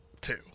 two